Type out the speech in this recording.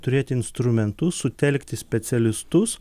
turėti instrumentus sutelkti specialistus